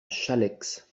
challex